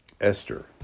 Esther